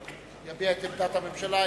ויביע את עמדת הממשלה,